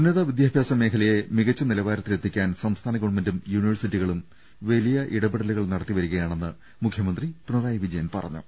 ഉന്നത വിദ്യാഭ്യാസ മേഖലയെ മികച്ച നിലവാരത്തിൽ എത്തിക്കാൻ സംസ്ഥാന ഗവൺമെന്റും യൂനിവേഴ്സിറ്റികളും വലിയ ഇടപെടലുകൾ നടത്തിവരികയാണെന്ന് മുഖ്യമന്ത്രി പിണറായി വിജയൻ പറഞ്ഞു